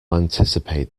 anticipate